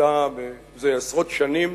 עשתה זה עשרות שנים,